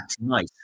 nice